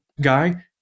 guy